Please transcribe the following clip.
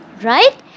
right